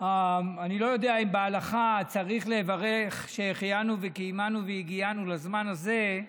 אני לא יודע אם בהלכה צריך לברך "שהחיינו וקיימנו והגיענו לזמן הזה",